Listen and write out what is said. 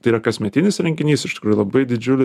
tai yra kasmetinis renginys iš tikrųjų labai didžiulis